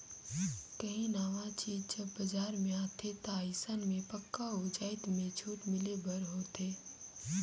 काहीं नावा चीज जब बजार में आथे ता अइसन में पक्का ओ जाएत में छूट मिले बर होथे